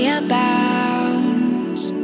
abounds